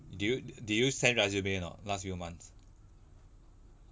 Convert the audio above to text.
do you do you send resume or not last few months